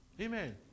Amen